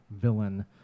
villain